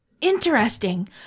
Interesting